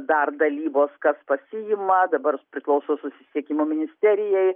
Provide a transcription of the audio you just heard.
dar dalybos kas pasiima dabar priklauso susisiekimo ministerijai